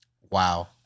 Wow